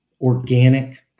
organic